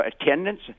attendance